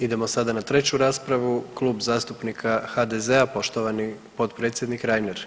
Idemo sada na treću raspravu, Klub zastupnika HDZ-a poštovani potpredsjednik Reiner.